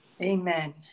Amen